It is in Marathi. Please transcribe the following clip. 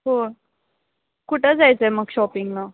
हो कुठं जायचं आहे मग शॉपिंगला